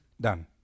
done